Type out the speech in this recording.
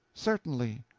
certainly.